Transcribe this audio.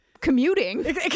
commuting